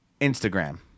Instagram